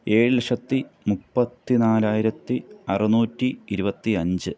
ഏഴ് ലക്ഷത്തി മുപ്പത്തി നാലായിരത്തി അറുന്നൂറ്റി ഇരുപത്തി അഞ്ച്